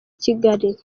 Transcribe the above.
kigali